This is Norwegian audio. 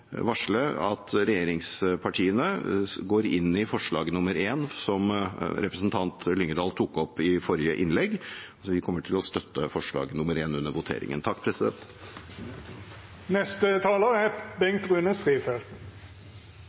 at regjeringspartiene går inn for forslag nr. 1, som representanten Lyngedal tok opp i forrige innlegg. Vi kommer altså til å støtte forslag nr. 1 under voteringen.